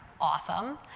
awesome